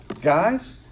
guys